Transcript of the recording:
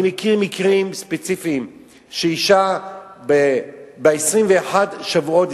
אני מכיר מקרים ספציפיים שהאשה ב-21 שבועות,